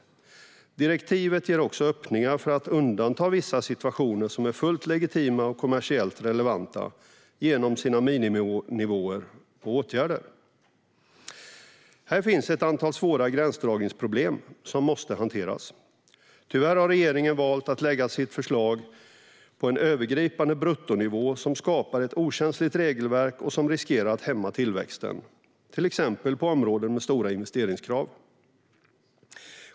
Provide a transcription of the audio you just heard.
Direktivet ger också öppningar för att undanta vissa situationer som är fullt legitima och kommersiellt relevanta genom sina miniminivåer på åtgärder. Här finns ett antal svåra gränsdragningsproblem som måste hanteras. Tyvärr har regeringen valt att lägga sitt förslag på en övergripande bruttonivå som skapar ett okänsligt regelverk och som riskerar att hämma tillväxten, till exempel på områden med stora investeringskrav.